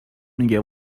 میگه